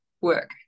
work